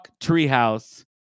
treehouse